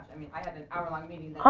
i mean i have an hour long meeting. um